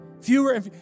fewer